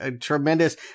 tremendous